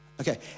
Okay